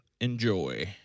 Enjoy